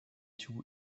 two